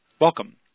welcome